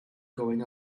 going